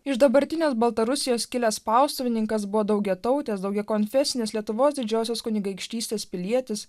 iš dabartinės baltarusijos kilęs spaustuvininkas buvo daugiatautės daugiau konfesinės lietuvos didžiosios kunigaikštystės pilietis